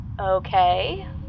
Okay